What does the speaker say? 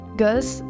girls